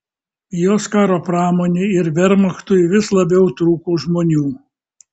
jos karo pramonei ir vermachtui vis labiau trūko žmonių